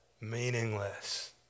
meaningless